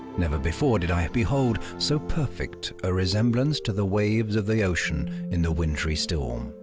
never before did i behold so perfect a resemblance to the waves of the ocean in the wintry storm.